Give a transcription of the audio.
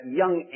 young